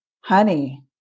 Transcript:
honey